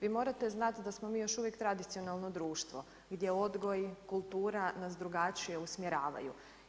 Vi morate znati da smo mi još uvijek tradicionalno društvo gdje odgoj, kultura nas drugačije usmjeravaju.